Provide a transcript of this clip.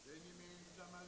Herr talman!